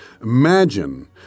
Imagine